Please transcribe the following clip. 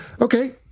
Okay